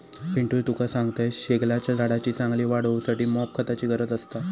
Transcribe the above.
पिंटू तुका सांगतंय, शेगलाच्या झाडाची चांगली वाढ होऊसाठी मॉप खताची गरज असता